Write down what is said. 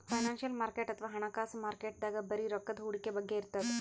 financial market ಅಥವಾ ಹಣಕಾಸ್ ಮಾರುಕಟ್ಟೆದಾಗ್ ಬರೀ ರೊಕ್ಕದ್ ಹೂಡಿಕೆ ಬಗ್ಗೆ ಇರ್ತದ್